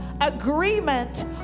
agreement